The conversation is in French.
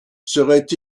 serait